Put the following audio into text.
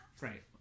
right